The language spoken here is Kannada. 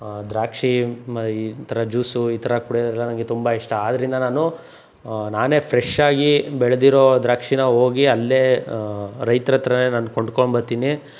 ದ್ರಾಕ್ಷಿ ಮ ಈ ಥರ ಜ್ಯೂಸು ಈ ಥರ ಕುಡಿಯೋದೆಲ್ಲ ನನಗೆ ತುಂಬ ಇಷ್ಟ ಆದ್ದರಿಂದ ನಾನು ನಾನೇ ಫ್ರೆಷಾಗಿ ಬೆಳೆದಿರೋ ದ್ರಾಕ್ಷಿನ ಹೋಗಿ ಅಲ್ಲೇ ರೈತರ ಹತ್ರನೇ ನಾನು ಕೊಂಡ್ಕೊಂಡ್ಬರ್ತೀನಿ